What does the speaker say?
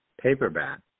paperback